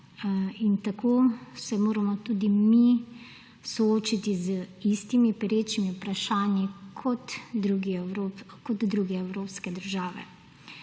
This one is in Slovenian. in tako se moramo tudi mi soočiti z istimi perečimi vprašanji kot druge evropske države.